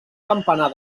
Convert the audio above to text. campanar